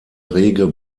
rege